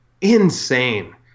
insane